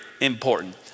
important